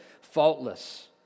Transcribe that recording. faultless